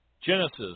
Genesis